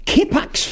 Kipax